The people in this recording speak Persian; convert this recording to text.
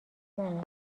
منه